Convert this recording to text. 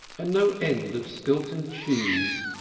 and no end of stilton cheese.